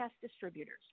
distributors